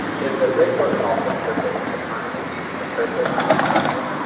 there's a great book called the purpose economy the purpose economy,